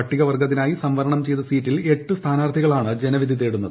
പട്ടികവർഗ്ഗത്തിനായി സംവരണം ചെയ്ത സീറ്റിൽ എട്ട് സ്ഥാനാർത്ഥികളാണ് ജനവിധി തേടുന്നത്